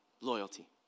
Loyalty